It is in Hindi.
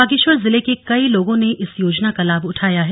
बागेश्वर जिले के कई लोगों ने इस योजना का लाभ उठाया है